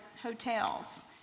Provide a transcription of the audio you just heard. hotels